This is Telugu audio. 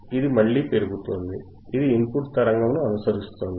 ఇది మళ్ళీ పెరుగుతోంది ఇది ఇన్పుట్ తరంగము ను అనుసరిస్తోంది